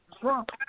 Trump